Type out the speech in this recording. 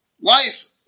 Life